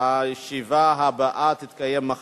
7, אין מתנגדים.